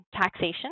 taxation